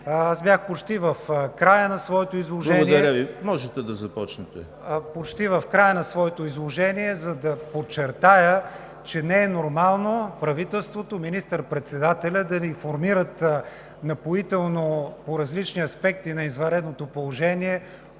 Аз бях почти в края на своето изложение, за да подчертая, че не е нормално правителството, министър-председателят да ни информират напоително по различните аспекти на извънредното положение